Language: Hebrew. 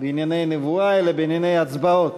בענייני נבואה אלא בענייני הצבעות.